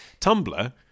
tumblr